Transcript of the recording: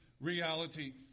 reality